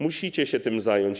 Musicie się tym zająć.